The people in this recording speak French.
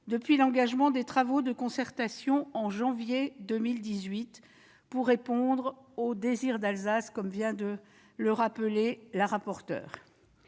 depuis l'engagement des travaux de concertation, en janvier 2018, pour répondre au « désir d'Alsace » que vient d'évoquer Mme la rapporteur.